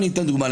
ואני אתן דוגמה.